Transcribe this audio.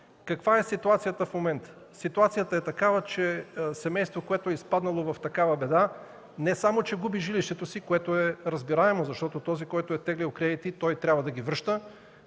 Каква е ситуацията в момента? Ситуацията е такава, че семейство, което е изпаднало в такава беда, не само че губи жилището си, което е разбираемо, защото този, който е теглил кредити, трябва да ги връща,